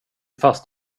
fast